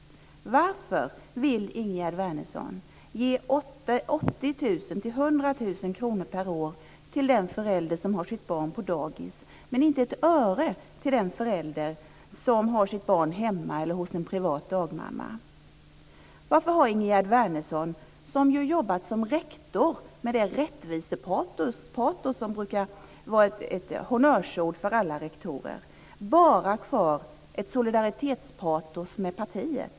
100 000 kr per år till den förälder som har sitt barn på dagis men inte ett öre till den förälder som har sitt barn hemma eller hos en privat dagmamma? Varför har Ingegerd Wärnersson - som jobbat som rektor, med det rättvisepatos som brukar vara ett honnörsord för alla rektorer - bara kvar ett solidaritetspatos med partiet?